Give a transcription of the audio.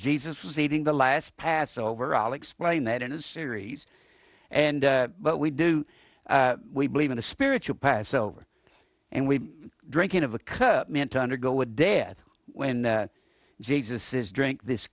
jesus was eating the last passover i'll explain that in a series and but we do we believe in the spiritual passover and we drinking of a cup meant to undergo a death when the jesus says drink this